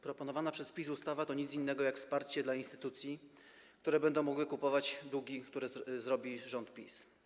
Proponowana przez PiS ustawa to nic innego jak wsparcie dla instytucji, które będą mogły kupować długi, które zrobi rząd PiS.